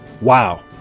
wow